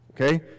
Okay